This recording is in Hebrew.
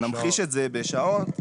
נמחיש את זה בשעות.